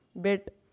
bit